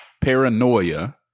Paranoia